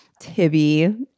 Tibby